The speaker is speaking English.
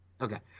Okay